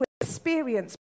experience